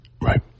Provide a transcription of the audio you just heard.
Right